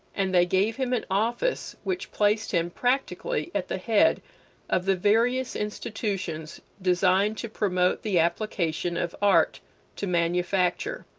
and they gave him an office which placed him practically at the head of the various institutions designed to promote the application of art to manufacture.